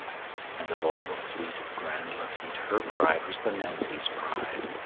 and of all the fleet of grand latite, her pride was the nancy's pride.